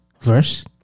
verse